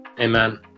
Amen